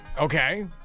Okay